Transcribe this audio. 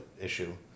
issue